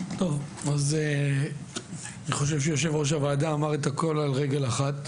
אני חושב שיו"ר הוועדה אמר את הכל על רגל אחת.